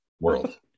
world